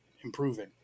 improving